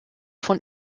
von